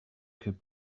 could